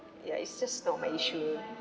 ya it's just not my issue